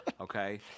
Okay